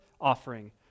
offering